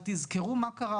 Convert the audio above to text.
תזכרו מה קרה